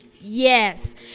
yes